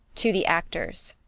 to the actors.